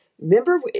remember